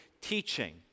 teaching